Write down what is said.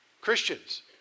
Christians